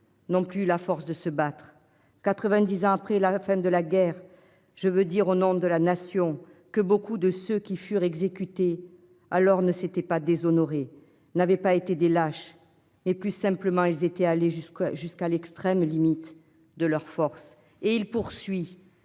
n'ont plus la force de se battre. 90 ans après la fin de la guerre. Je veux dire au nom de la nation que beaucoup de ceux qui furent exécutés alors ne s'étaient pas déshonorés n'avait pas été des lâches et plus simplement ils étaient allés jusqu'à jusqu'à l'extrême limite de leurs forces et il poursuit,